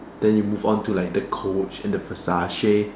then you move on to like the Coach and the Versace